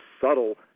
subtle